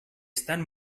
estan